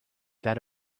that